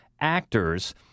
actors